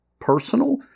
personal